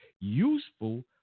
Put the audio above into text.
useful